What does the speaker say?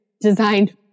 designed